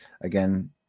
Again